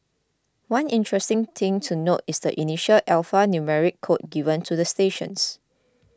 one interesting thing to note is the initial alphanumeric code given to the stations